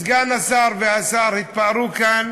סגן השר והשר התפארו כאן